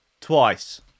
Twice